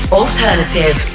alternative